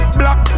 black